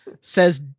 says